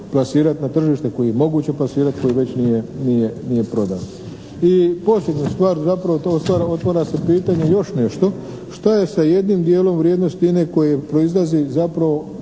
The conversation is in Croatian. na tržište, koji je moguće plasirati, koji već nije prodan. I posljednju stvar zapravo otvara se pitanje još nešto. Što je sa jednim dijelom vrijednosti INA-e koji proizlazi zapravo